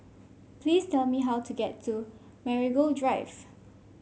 please tell me how to get to Marigold Drive